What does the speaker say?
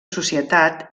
societat